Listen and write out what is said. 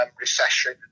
recession